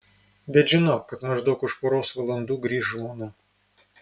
bet žinau kad maždaug už poros valandų grįš žmona